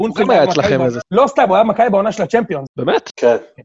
הוא נכון היה אצלכם איזה... לא, סתם, הוא היה במכבי בעונה של הצ'מפיון. באמת? כן.